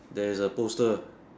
there is a poster